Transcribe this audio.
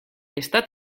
está